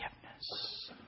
forgiveness